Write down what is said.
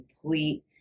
complete